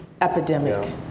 epidemic